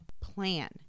plan